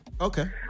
okay